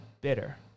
bitter